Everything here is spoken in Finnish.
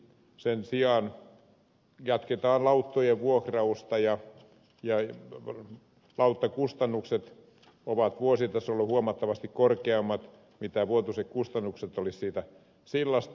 sen sijaan jatketaan lauttojen vuokrausta ja lauttakustannukset ovat vuositasolla huomattavasti korkeammat kuin vuotuiset kustannukset olisivat siitä sillasta